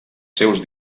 seus